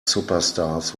superstars